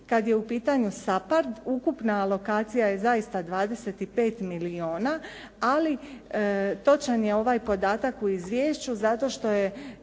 Kad je u pitanju SAPARD, ukupna alokacija je zaista 25 milijuna, ali točan je ovaj podatak u izvješću zato što je